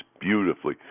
beautifully